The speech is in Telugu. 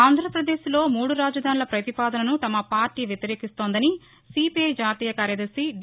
ఆంధ్రప్రదేశ్లో మూడు రాజధానుల పతిపాదనను తమ పార్లీ వ్యతిరేకిస్తుందని సీపీఐ జాతీయ కార్యదర్ని డి